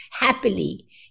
happily